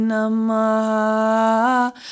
Namaha